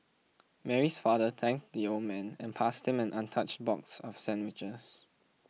Mary's father thanked the old man and passed him an untouched box of sandwiches